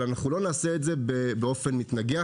אבל לא נעשה את זה באופן מתנגח,